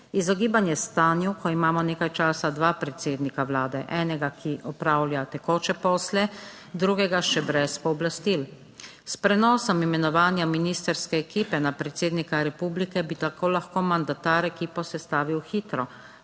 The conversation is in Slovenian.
izogibanje stanju, ko imamo nekaj časa dva predsednika Vlade, enega, ki opravlja tekoče posle. Drugega še brez pooblastil. S prenosom imenovanja ministrske ekipe na predsednika republike bi tako lahko mandatar ekipo sestavil hitro.